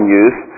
use